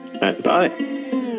Bye